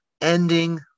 ending